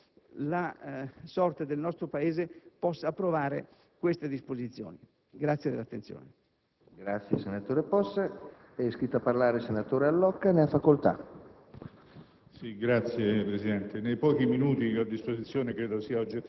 di produttività e di competitività del nostro Paese per effetto di questo maggior costo dell'energia elettrica, un bene assolutamente fondamentale? Non riesco a comprendere veramente come chi ha a cuore la sorte